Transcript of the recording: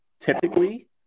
Typically